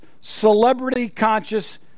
celebrity-conscious